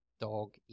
dog